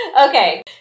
okay